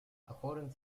according